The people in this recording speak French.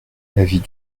l’avis